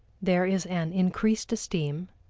there is an increased esteem,